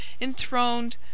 enthroned